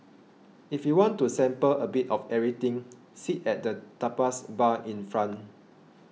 if you want to sample a bit of everything sit at the tapas bar in front